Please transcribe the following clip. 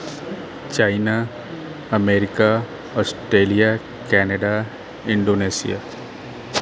China America Australia Canada Indonesia